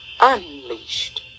unleashed